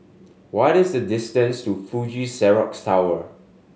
what is the distance to Fuji Xerox Tower